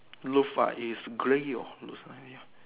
roof uh it's grey or roof one ya